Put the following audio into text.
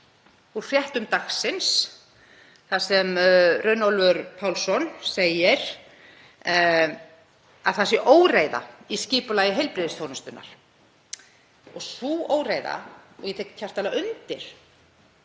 úr fréttum dagsins þar sem Runólfur Pálsson segir að það sé óreiða í skipulagi heilbrigðisþjónustunnar. Ég tek hjartanlega undir